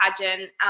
pageant